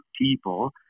people